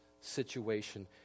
situation